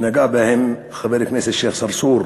שנגע בהן חבר הכנסת שיח' צרצור,